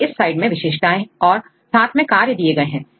यहां इस साइड में विशेषताएं और साथ में कार्य दिए हैं